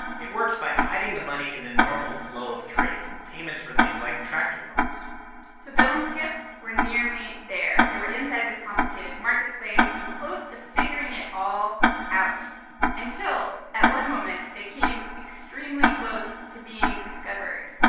it works by hiding the money in the normal flow of trade in payments for things like tractor parts so bill and skip were nearly there. they were inside this complicated marketplace and close to figuring it all out until, at one moment, they came extremely close to being discovered,